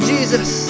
Jesus